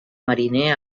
mariner